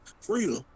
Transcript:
freedom